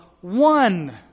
one